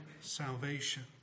salvation